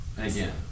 again